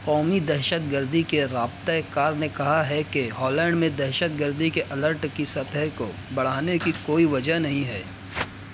قومی دہشت گردی کے رابطۂ کار نے کہا ہے کہ ہالینڈ میں دہشت گردی کے الرٹ کی سطح کو بڑھانے کی کوئی وجہ نہیں ہے